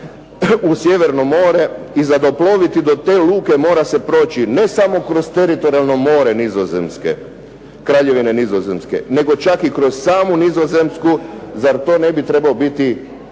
u Sjeverno more i za doploviti do te luke mora se proći ne samo kroz teritorijalno more Kraljevine Nizozemske nego čak i kroz samu Nizozemsku. Zar to ne bi trebao biti uzor